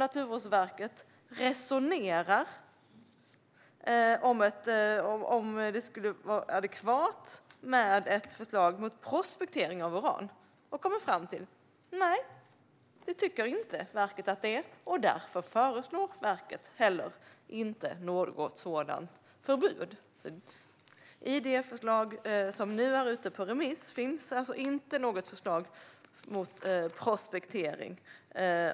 Naturvårdsverket resonerar om huruvida det skulle vara adekvat med ett förslag mot prospektering av uran, och verket kommer fram till att det inte är adekvat. Därför föreslår verket heller inte något sådant förbud. I det förslag som nu är ute på remiss finns inte något förslag mot prospektering